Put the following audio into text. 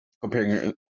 comparing